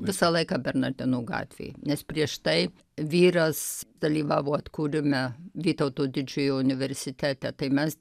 visą laiką bernardinų gatvėj nes prieš tai vyras dalyvavo atkūrime vytauto didžiojo universitete tai mes